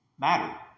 matter